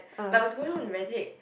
likes was going on in reddit